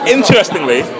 Interestingly